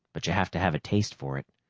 but you have to have a taste for it.